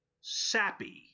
Sappy